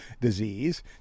disease